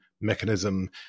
mechanism